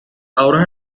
obras